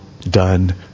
done